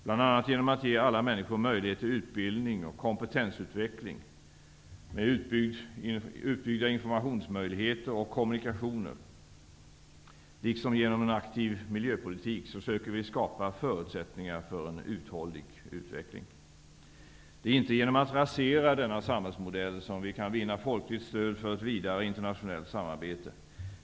Bl.a. genom att ge alla människor möjlighet till utbildning och kompetensutveckling med utbyggda informationsmöjligheter och kommunikationer liksom genom en aktiv miljöpolitik söker vi skapa förutsättningar för en uthållig utveckling. Det är inte genom att rasera denna samhällsmodell som vi kan vinna folkligt stöd för ett vidare internationellt samarbete.